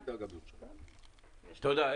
תודה.